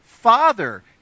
Father